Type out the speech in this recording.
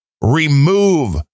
remove